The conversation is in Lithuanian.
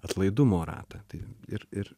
atlaidumo ratą tai ir ir